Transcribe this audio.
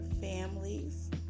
families